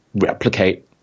replicate